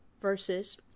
Versus